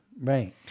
Right